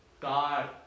God